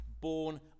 born